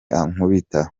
ankubita